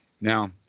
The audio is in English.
Now